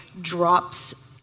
drops